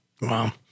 Wow